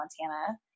Montana